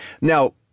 now